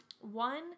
One